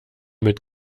mit